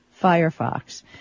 Firefox